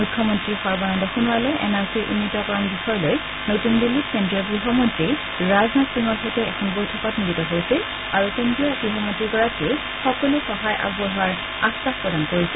মুখ্যমন্তী সৰ্বানন্দল সোনোৱালে এন আৰ চি উন্নীতকৰণ বিষয় লৈ নতূন দিন্নীত কেন্দ্ৰীয় গৃহমন্ত্ৰী ৰাজনাথ সিঙৰ সৈতে এখন বৈঠকত মিলিত হৈছিল আৰু কেন্দ্ৰীয় গৃহমন্ত্ৰীগাৰীকয়ে সকলো সহায় আগবঢ়োৱাৰ আশ্বাস প্ৰদান কৰিছে